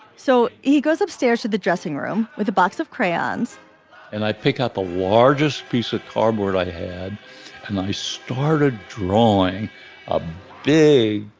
so he goes upstairs to the dressing room with a box of crayons and i pick up the largest piece of cardboard i had and i started drawing up de.